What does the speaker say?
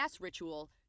ritual